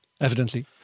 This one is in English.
Evidently